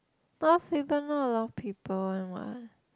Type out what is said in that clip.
Mount-Faber not a lot of people [one] what